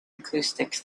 acoustics